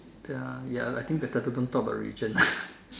ya ya I think better don't talk about religion